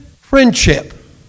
friendship